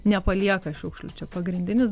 nepalieka šiukšlių čia pagrindinis